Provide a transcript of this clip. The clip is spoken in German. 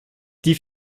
die